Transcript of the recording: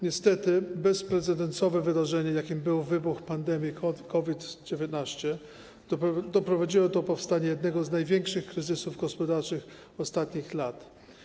Niestety bezprecedensowe wydarzenie, jakim był wybuch pandemii COVID-19, doprowadziło do powstania jednego z największych kryzysów gospodarczych ostatnich lat.